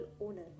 owner